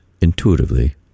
intuitively